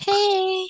Hey